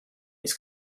his